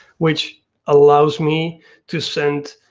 which allows me to send